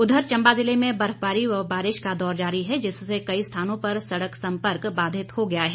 उधर चंबा जिले में बर्फबारी व बारिश का दौर जारी है जिससे कई स्थानों पर सड़क सम्पर्क बाधित हो गया है